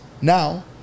now